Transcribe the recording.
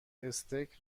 استیک